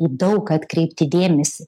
į daug ką atkreipti dėmesį